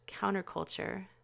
counterculture